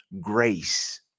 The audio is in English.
grace